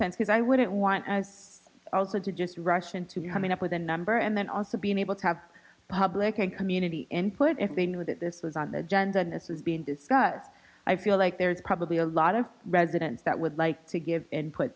sense as i wouldn't want as also to just rush into having up with a number and then also being able to have public and community input if they knew that this was on the agenda and this is being discussed i feel like there's probably a lot of residents that would like to give and put